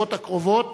בשעות הקרובות